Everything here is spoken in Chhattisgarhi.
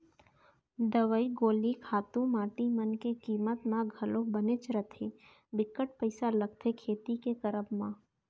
दवई गोली खातू माटी मन के कीमत मन घलौ बनेच रथें बिकट पइसा लगथे खेती के करब म